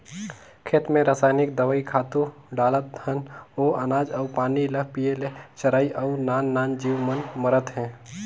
खेत मे रसइनिक दवई, खातू डालत हन ओ अनाज अउ पानी ल पिये ले चरई अउ नान नान जीव मन मरत हे